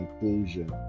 inclusion